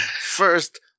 First